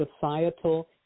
societal